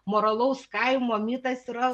moralaus kaimo mitas yra